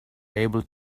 able